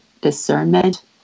discernment